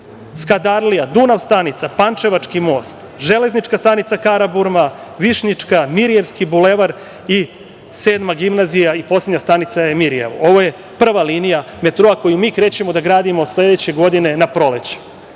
Skadarlija, Dunav stanica, Pančevački most, železnička stanica Karaburma, Višnjička, Mirijevski bulevar, Sedma gimnazija i poslednja stanica je Mirjevo. Ovo je prva linija metroa koju mi krećemo da gradimo od sledeće godine na proleće. Druga